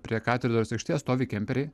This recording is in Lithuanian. prie katedros aikštės stovi kemperiai